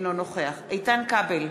אינו נוכח איתן כבל,